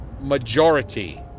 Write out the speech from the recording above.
majority